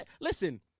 Listen